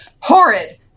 Horrid